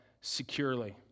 Securely